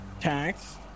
tax